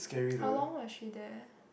how long was she there